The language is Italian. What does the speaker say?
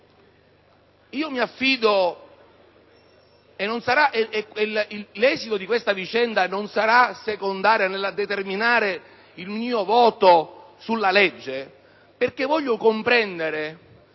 Presidente, l'esito di questa vicenda non sarà secondario nel determinare il mio voto sulla legge, perché voglio comprendere